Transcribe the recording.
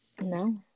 No